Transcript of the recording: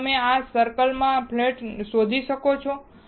શું તમે આ સર્કલ માં ફ્લેટ શોધી શકો છો